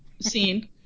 scene